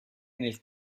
nel